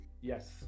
Yes